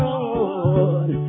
Lord